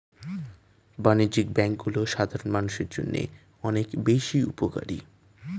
বাণিজ্যিক ব্যাংকগুলো সাধারণ মানুষের জন্য অনেক বেশি উপকারী